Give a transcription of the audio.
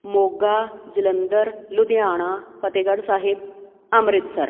Moga Jalandhar Ludhiana Fatehgarh Sahib Amritsar